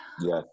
Yes